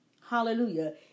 Hallelujah